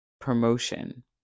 promotion